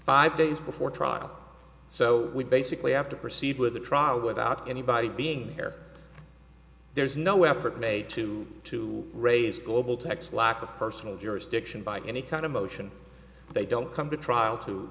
five days before trial so we basically have to proceed with a trial without anybody being there there's no effort made to to raise global tax lack of personal jurisdiction by any kind of motion they don't come to trial to